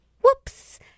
Whoops